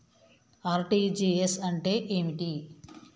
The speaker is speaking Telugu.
ఆర్.టి.జి.ఎస్ అంటే ఏమిటి?